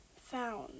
found